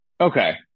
Okay